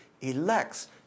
elects